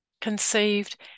Conceived